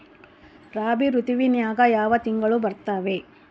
ರಾಬಿ ಋತುವಿನ್ಯಾಗ ಯಾವ ತಿಂಗಳು ಬರ್ತಾವೆ?